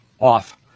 off